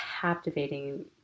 captivating